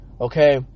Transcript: okay